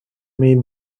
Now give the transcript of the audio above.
may